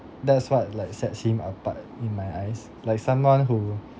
that's what like sets him apart in my eyes like someone who